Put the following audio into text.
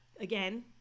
Again